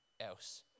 else